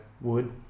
wood